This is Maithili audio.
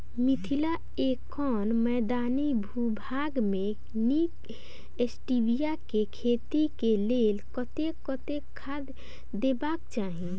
मिथिला एखन मैदानी भूभाग मे नीक स्टीबिया केँ खेती केँ लेल कतेक कतेक खाद देबाक चाहि?